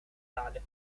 tale